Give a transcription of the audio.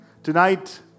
Tonight